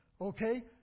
okay